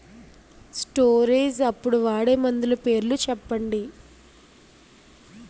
Storage అప్పుడు వాడే మందులు పేర్లు చెప్పండీ?